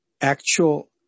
actual